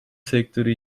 sektörü